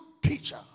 teacher